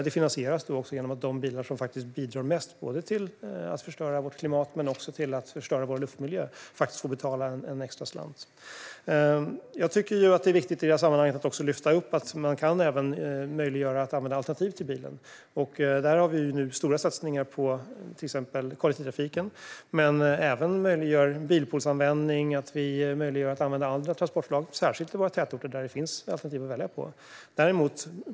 Det finansieras genom att de bilar som bidrar mest till att förstöra både klimatet och luftmiljön får betala en extra slant. I detta sammanhang tycker jag att det är viktigt att lyfta upp att man också kan möjliggöra att använda alternativ till bilen. Vi har nu stora satsningar på till exempel kollektivtrafiken, men vi gör det också möjligt att använda bilpooler och andra transportslag. Det gäller särskilt i tätorterna, där det finns alternativ att välja bland.